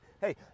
Hey